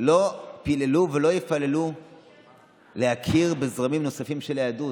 לא פיללו ולא יפללו להכיר בזרמים נוספים של יהדות,